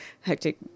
hectic